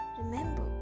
Remember